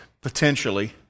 Potentially